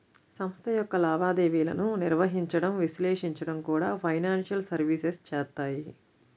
సంస్థ యొక్క లావాదేవీలను నిర్వహించడం, విశ్లేషించడం కూడా ఫైనాన్షియల్ సర్వీసెస్ చేత్తాయి